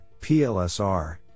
PLSR